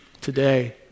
today